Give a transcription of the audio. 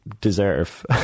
deserve